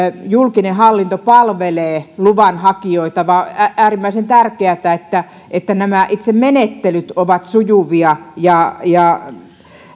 julkinen hallinto palvelee luvanhakijoita vaan on äärimmäisen tärkeätä että nämä itse menettelyt ovat sujuvia ja ja